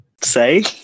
say